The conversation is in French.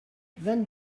vingt